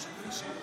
בבקשה.